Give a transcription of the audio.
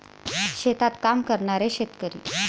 शेतात काम करणारे शेतकरी